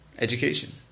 education